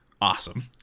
awesome